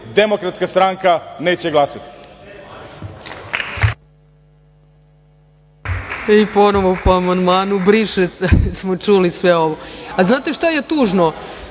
Demokratska stranka neće glasati.